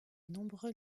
nombreux